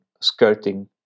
skirting